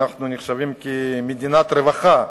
אנחנו נחשבים למדינת רווחה,